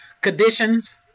conditions